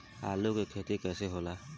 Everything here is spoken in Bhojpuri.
आलू के खेती कैसे होला?